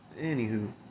Anywho